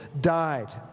died